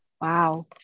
Wow